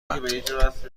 کند